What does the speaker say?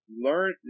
Learn